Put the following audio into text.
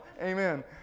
Amen